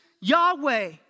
Yahweh